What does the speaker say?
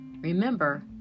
remember